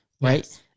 right